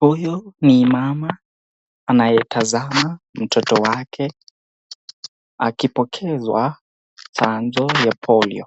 Huyu ni mama anayetazama mtoto wake akipokezwa chanjo ya polio.